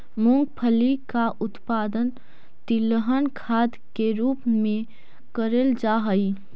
मूंगफली का उत्पादन तिलहन खाद के रूप में करेल जा हई